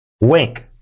wink